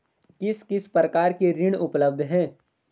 किस किस प्रकार के ऋण उपलब्ध हैं?